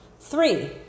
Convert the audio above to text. Three